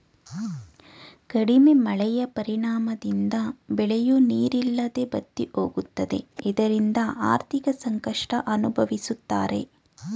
ಕಡಿಮೆ ಮಳೆಯ ಪರಿಣಾಮದಿಂದ ಬೆಳೆಯೂ ನೀರಿಲ್ಲದೆ ಬತ್ತಿಹೋಗುತ್ತದೆ ಇದರಿಂದ ಆರ್ಥಿಕ ಸಂಕಷ್ಟ ಅನುಭವಿಸುತ್ತಾರೆ